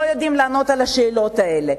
לא יודעים לענות על השאלות האלה.